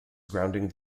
grounding